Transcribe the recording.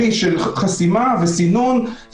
אני חושב שמי שצובר ניסיון בתחום הזה,